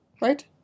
Right